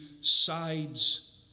sides